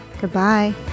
goodbye